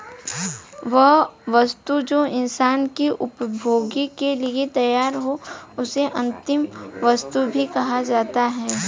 वह वस्तु जो इंसान के उपभोग के लिए तैयार हो उसे अंतिम वस्तु भी कहा जाता है